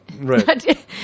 right